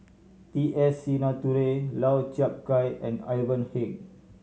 T S Sinnathuray Lau Chiap Khai and Ivan Heng